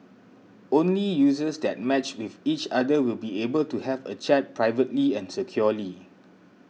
only users that matched with each other will be able to have a chat privately and securely